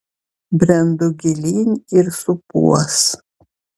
brendu gilyn ir supuos